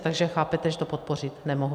Takže chápete, že to podpořit nemohu.